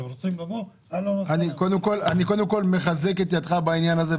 אני מחזק את ידיך בעניין הזה.